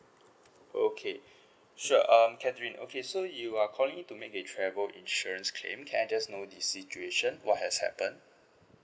okay sure um catherine okay so you are calling to make a travel insurance claim can I just know the situation what has happened